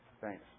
Thanks